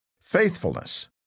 faithfulness